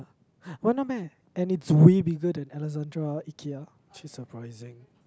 random meh and it's way bigger than Alexandra Ikea which is surprising